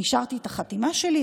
אישרתי את החתימה שלי,